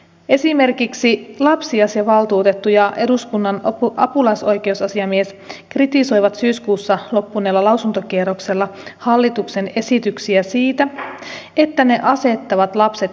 esimerkiksi lapsiasiavaltuutettu ja eduskunnan apulaisoikeusasiamies kritisoivat syyskuussa loppuneella lausuntokierroksella hallituksen esityksiä siitä että ne asettavat lapset eriarvoiseen asemaan